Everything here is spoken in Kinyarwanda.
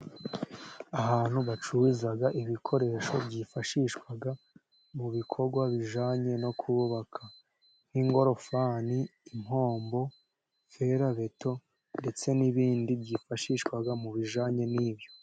Ahantu bacururiza ibikoresho byifashishwa mu bikorwa bijyanye no kubaka, nk'ingorofani, impombo, ferabeto, ndetse n'ibindi byifashishwa mu bijyanye n'ibyo.